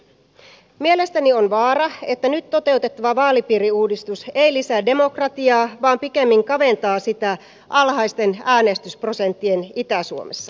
mielestäni on vaara että nyt toteutettava vaalipiiriuudistus ei lisää demokratiaa vaan pikemmin kaventaa sitä alhaisten äänestysprosenttien itä suomessa